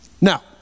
Now